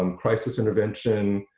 um crisis intervention,